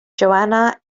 johanna